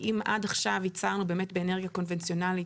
אם עד עכשיו ייצרנו באמת באנרגיה קונבנציונלית